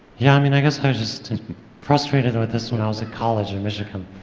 yeah. i mean i guess i was just frustrated with this when i was at college in michigan.